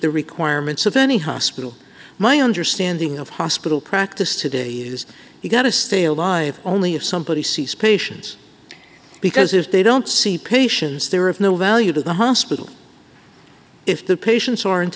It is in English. the requirements of any hospital my understanding of hospital practice today is you've got to stay alive only if somebody sees patients because if they don't see patients they're of no value to the hospital if the patients aren't